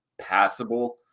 passable